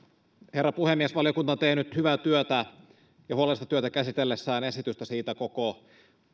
herra puhemies valiokunta on tehnyt hyvää ja huolellista työtä käsitellessään esitystä siitä koko